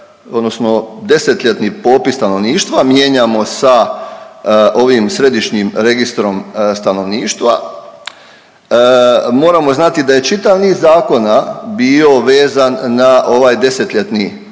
odnosno desetljetni popis stanovništva mijenjamo sa ovim Središnjim registrom stanovništva. Moramo znati da je čitav niz zakona bio vezan na ovaj desetljetni popis